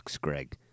Greg